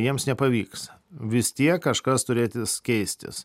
jiems nepavyks vis tiek kažkas turėtis keistis